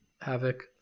havoc